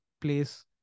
place